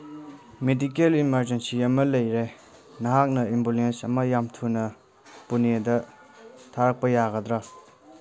medical emergency ꯑꯃ ꯂꯩꯔꯦ ꯅꯍꯥꯛꯅ ꯑꯦꯝꯕꯨꯂꯦꯟꯁ ꯑꯃ ꯌꯥꯝ ꯊꯨꯅ ꯄꯨꯅꯦꯗ ꯊꯥꯔꯛꯄ ꯌꯥꯒꯗ꯭ꯔꯥ